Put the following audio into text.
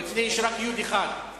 זה מתחיל מקטנה, שכירות הדירה, משכנתה,